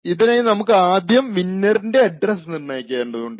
ഇതിനായി നമുക്ക് ആദ്യം വിന്നെറിന്റെ അഡ്രസ്സ് നിർണ്ണയിക്കേണ്ടതാണ്